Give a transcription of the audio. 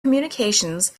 communications